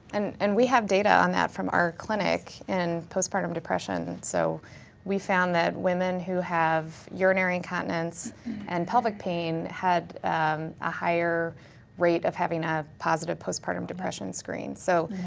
and and we have data on that from our clinic and postpartum depression, so we found that women who have urinary incontinence and pelvic pain had a higher rate of having a positive postpartum depression screen. so